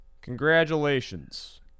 Congratulations